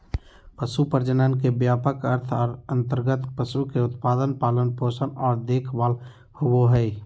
पशु प्रजनन के व्यापक अर्थ के अंतर्गत पशु के उत्पादन, पालन पोषण आर देखभाल होबई हई